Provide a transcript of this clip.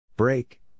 Break